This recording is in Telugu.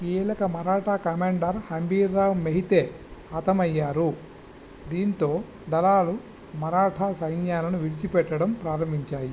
కీలక మరాఠా కమాండర్ హంబీర్రావ్ మోహితే హతమయ్యారు దీంతో దళాలు మరాఠా సైన్యాలను విడిచిపెట్టడం ప్రారంభించాయి